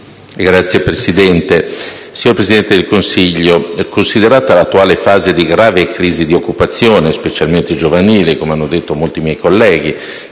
Signor Presidente, signor Presidente del Consiglio, l'attuale fase di grave crisi occupazionale, specialmente giovanile (come hanno detto molti miei colleghi),